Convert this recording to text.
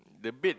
the bed